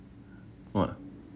what